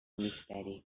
misteri